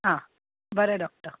आं बरें डॉक्टर